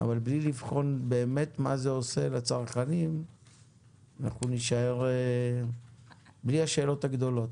אבל בלי לבחון באמת מה זה עושה לצרכנים אנחנו נישאר בלי השאלות הגדולות.